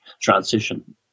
transition